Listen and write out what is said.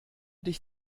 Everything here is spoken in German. dich